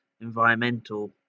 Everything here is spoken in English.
environmental